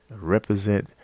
Represent